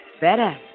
Better